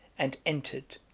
and entered,